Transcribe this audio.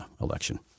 election